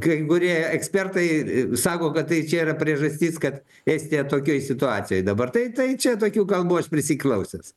kai kurie ekspertai i sako kad tai čia yra priežastis kad estija tokioj situacijoj dabar tai tai čia tokių kalbų aš prisiklausęs